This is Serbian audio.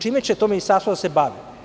Čime će to ministarstvo da se bavi?